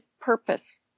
purpose